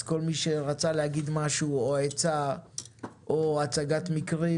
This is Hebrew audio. אז כל מי שרוצה להציע או לספר על מקרים שקרו